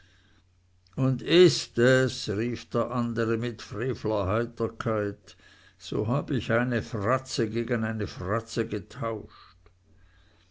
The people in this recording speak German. und ist es rief der andere mit frevler heiterkeit so hab ich eine fratze gegen eine fratze getauscht